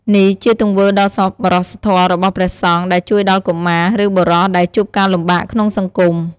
នេះជាទង្វើដ៏សប្បុរសធម៌របស់ព្រះសង្ឃដែលជួយដល់កុមារ ឬបុរសដែលជួបការលំបាកក្នុងសង្គម។